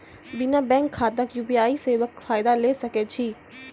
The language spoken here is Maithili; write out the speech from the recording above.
बिना बैंक खाताक यु.पी.आई सेवाक फायदा ले सकै छी?